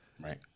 Right